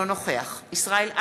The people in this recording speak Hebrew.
דוד אזולאי, אינו נוכח ישראל אייכלר,